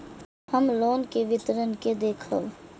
हम लोन के विवरण के देखब?